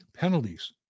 penalties